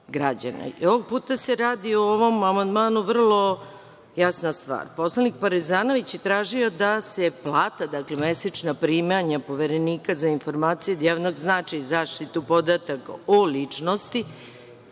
I ovog puta se radi u ovom amandmanu o vrlo jasnoj stvari. Poslanik Parezanović je tražio da se plata, dakle, da se mesečna primanja Poverenika za informacije od javnog značaja i zaštitu podataka o ličnosti